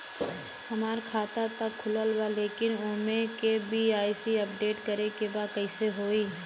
हमार खाता ता खुलल बा लेकिन ओमे के.वाइ.सी अपडेट करे के बा कइसे होई?